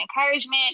encouragement